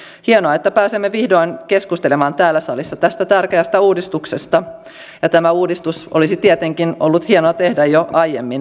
hienoa että pääsemme vihdoin keskustelemaan täällä salissa tästä tärkeästä uudistuksesta ja tämä uudistus olisi tietenkin ollut hienoa tehdä jo aiemmin